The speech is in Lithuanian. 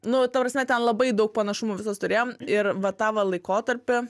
nu ta prasme ten labai daug panašumų visos turėjom ir va tą laikotarpį